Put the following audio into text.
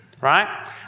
right